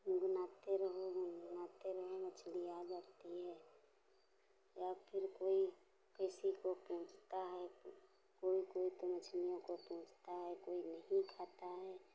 गुनगुनाते रहो गुनगुनाते रहो मछली आ जाती है या फिर कोई किसी को बेचता है तो कोई कोई तो मछलियों को बेचता है कोई कोई नहीं खाता है